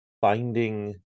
finding